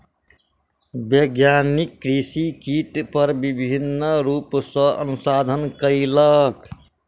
वैज्ञानिक कृषि कीट पर विभिन्न रूप सॅ अनुसंधान कयलक